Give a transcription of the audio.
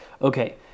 okay